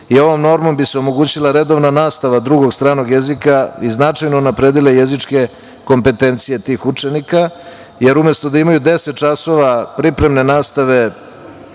i ovom normom bi se omogućila redovna nastava drugog stranog jezika i značajno unapredila jezičke kompetencije tih učenika, jer umesto da imaju 10 časova pripremne nastave